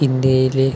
ഇന്ത്യയിലെ